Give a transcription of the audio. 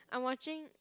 I'm watching